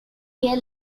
year